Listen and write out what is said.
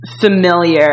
familiar